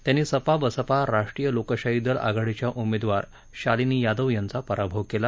त्यांनी सपा बसपा राष्ट्रीय लोकशाही दल आघाडीच्या उमेदवार शालिनी यादव यांचा पराभव केला